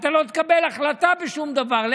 אתה לא תקבל החלטה בשום דבר,